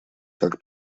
как